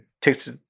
takes